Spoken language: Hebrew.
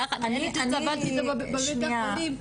שנייה,